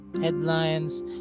Headlines